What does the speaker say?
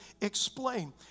explain